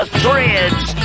threads